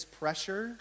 pressure